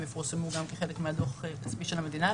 הם יפורסמו גם כחלק מהדוח הכספי של המדינה.